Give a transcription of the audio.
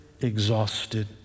exhausted